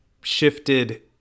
shifted